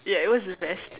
ya it was the best